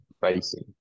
facing